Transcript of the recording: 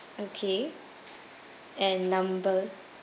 okay and number